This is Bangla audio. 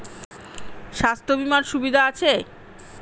স্বাস্থ্য বিমার সুবিধা আছে?